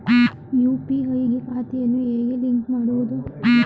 UPI ಗೆ ಖಾತೆಯನ್ನು ಹೇಗೆ ಲಿಂಕ್ ಮಾಡುವುದು?